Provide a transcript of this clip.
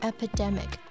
Epidemic